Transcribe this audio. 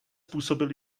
působil